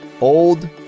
Old